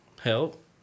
help